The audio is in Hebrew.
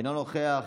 אינו נוכח.